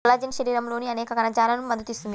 collagen శరీరంలోని అనేక కణజాలాలకు మద్దతు ఇస్తుంది